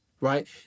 right